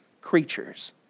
creatures